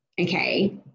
okay